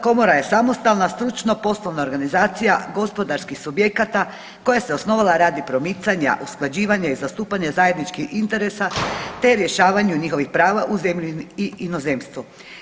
Komora je samostalna stručno poslovna organizacija gospodarskih subjekata koja se osnovala radi promicanja, usklađivanja i zastupanja zajedničkih interesa te rješavanju njihovih prava u zemlji i inozemstvu.